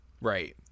right